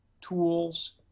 tools